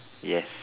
yes